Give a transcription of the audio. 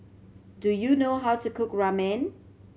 do you know how to cook Ramen